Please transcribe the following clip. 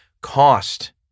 cost